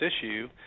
issue